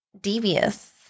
devious